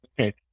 Okay